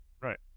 Right